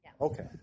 Okay